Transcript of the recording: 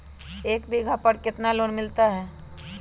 एक बीघा पर कितना लोन मिलता है?